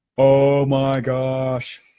oh my gosh.